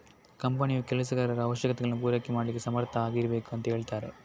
ಕಂಪನಿಯು ಕೆಲಸಗಾರರ ಅವಶ್ಯಕತೆಗಳನ್ನ ಪೂರೈಕೆ ಮಾಡ್ಲಿಕ್ಕೆ ಸಮರ್ಥ ಆಗಿರ್ಬೇಕು ಅಂತ ಹೇಳ್ತಾರೆ